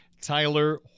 Tyler